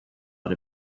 out